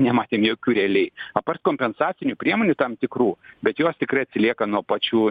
nematėm jokių realiai apart kompensacinių priemonių tam tikrų bet jos tikrai atsilieka nuo pačių